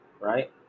Right